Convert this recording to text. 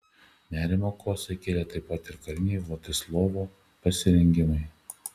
nerimą kosai kėlė taip pat ir kariniai vladislovo pasirengimai